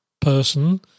person